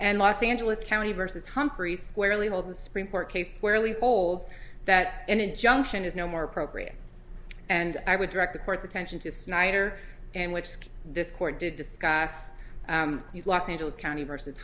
and los angeles county vs humphrey squarely hold the supreme court case squarely holds that an injunction is no more appropriate and i would direct the court's attention to snyder and which this court did discuss los angeles county versus